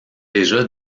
déjà